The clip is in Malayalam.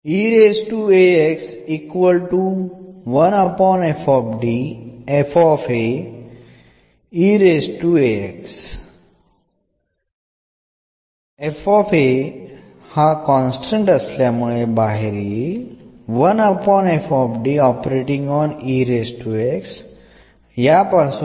മുകളിലുള്ള സമവാക്യത്തിന്റെ രണ്ട് വശങ്ങളും കൊണ്ട് ഓപ്പറേറ്റ് ചെയ്യുന്നു